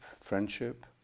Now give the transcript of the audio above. friendship